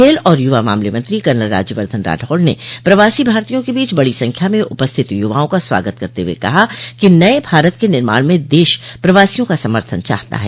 खेल और युवा मामले मंत्री कर्नल राज्यवर्द्वधन राठौड़ ने प्रवासी भारतीयों के बीच बड़ी संख्या में उपस्थित युवाओं का स्वागत करते हुए कहा कि नए भारत के निर्माण में देश प्रवासियों का समर्थन चाहता है